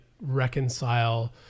reconcile